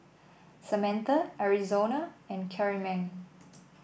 Samantha Arizona and Karyme